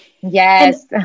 Yes